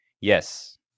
Yes